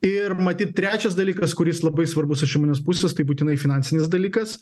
ir matyt trečias dalykas kuris labai svarbus iš įmonės pusės tai būtinai finansinis dalykas